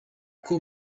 uko